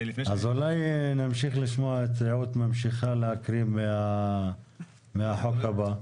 אז אולי נמשיך לשמוע את רעות ממשיכה להקריא מהחוק הבא?